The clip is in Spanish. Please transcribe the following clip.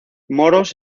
moros